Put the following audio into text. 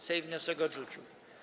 Sejm wniosek odrzucił.